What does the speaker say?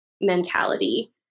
mentality